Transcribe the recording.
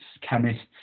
chemists